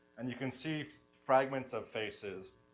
and you can see fragments of faces,